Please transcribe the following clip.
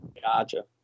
gotcha